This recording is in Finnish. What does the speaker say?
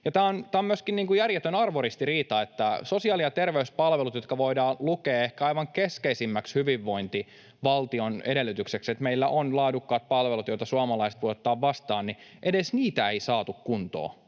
Ja on myöskin järjetön arvoristiriita, että edes sosiaali- ja terveyspalveluja, jotka voidaan lukea ehkä aivan keskeisimmäksi hyvinvointivaltion edellytykseksi — se, että meillä on laadukkaat palvelut, joita suomalaiset voivat ottaa vastaan — ei saatu kuntoon